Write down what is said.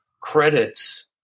credits